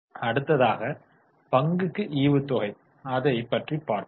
அடுத்ததாக பங்குக்கு ஈவுத்தொகை அதை பற்றி பார்ப்போம்